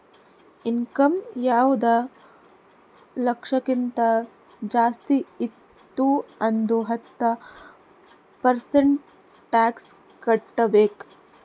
income ಐಯ್ದ ಲಕ್ಷಕ್ಕಿಂತ ಜಾಸ್ತಿ ಇತ್ತು ಅಂದುರ್ ಹತ್ತ ಪರ್ಸೆಂಟ್ ಟ್ಯಾಕ್ಸ್ ಕಟ್ಟಬೇಕ್